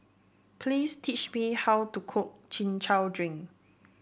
please teach me how to cook Chin Chow Drink